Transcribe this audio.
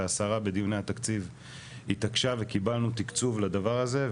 והשרה בדיוני התקצבי התעקשה וקיבלנו תקצוב לדבר הזה.